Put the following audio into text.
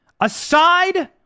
Aside